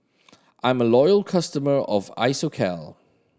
I'm a loyal customer of Isocal